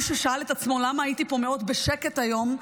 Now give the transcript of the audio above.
מי ששאל את עצמו למה הייתי פה מאוד בשקט היום,